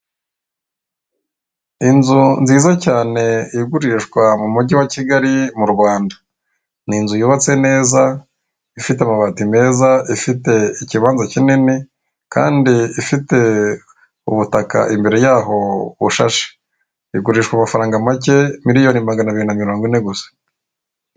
Inzu nziza cyane igurishwa mu mujyi wa kigali mu rwanda, ni inzu yubatse neza ifite amabati meza, ifite ikibanza kinini kandi ifite ubutaka imbere yaho bushashe, igurishwa amafaranga make miliyoni maganabiri na mirongo ine gusa.